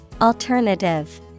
Alternative